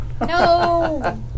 No